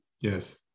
Yes